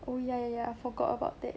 oh ya ya ya I forgot about it